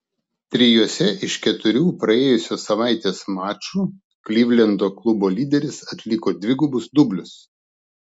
trijuose iš keturių praėjusios savaitės mačų klivlendo klubo lyderis atliko dvigubus dublius